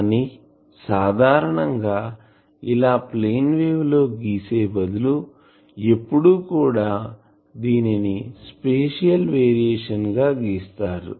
కానీ సాధారణం గా ఇలా ప్లేన్ వేవ్ లో గీసే బదులు ఎప్పుడు కూడా దీనిని స్పేషియల్ వేరియేషన్ గా గీస్తారు